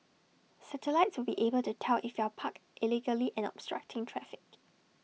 satellites will be able to tell if you're parked illegally and obstructing traffic